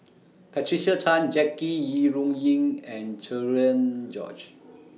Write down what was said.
Patricia Chan Jackie Yi Ru Ying and Cherian George